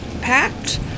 packed